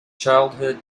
childhood